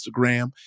Instagram